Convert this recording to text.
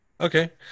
Okay